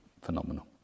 phenomenal